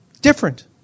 Different